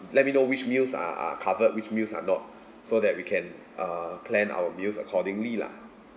let me know which meals are are covered which meals are not so that we can uh plan our meals accordingly lah